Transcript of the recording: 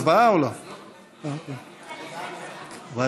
ההצעה להעביר את הצעת חוק הביטוח הלאומי (תיקון מס' 201 והוראת